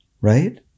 Right